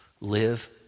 Live